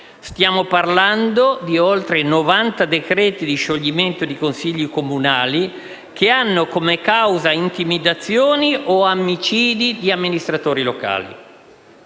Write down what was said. Stiamo parlando di oltre 90 decreti di scioglimento di consigli comunali che hanno come causa intimidazioni o omicidi di amministratori locali.